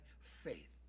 faith